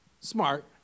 Smart